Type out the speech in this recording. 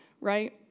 right